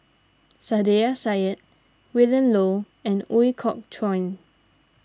Saiedah Said Willin Low and Ooi Kok Chuen